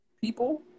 People